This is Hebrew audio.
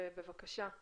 בבקשה.